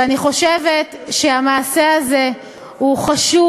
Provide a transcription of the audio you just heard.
ואני חושבת שהמעשה הזה הוא חשוב.